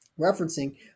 referencing